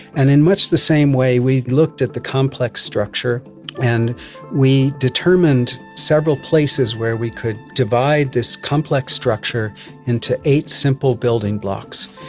and in much the same way we looked at the complex structure and we determined several places where we could divide this complex structure into eight simple building blocks.